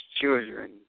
children